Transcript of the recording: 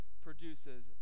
produces